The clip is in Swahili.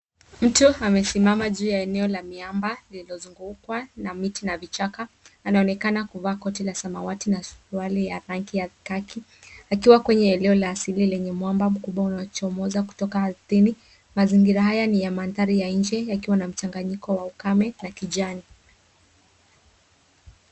Mtu amesimama juu ya eneo la miamba lililo zungukwa na miti na vichaka. Anaonekana kuvaa koti la samawati na suruali ya rangi ya kaki akiwa kwenye eneo la asili la mwamba mkubwa uliochomoza kutoka ardhini. Mazingira haya ni ya mandhari ya nje yakiwa na mchanganyiko wa ukame na kijani.